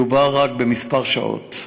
מדובר רק בכמה שעות.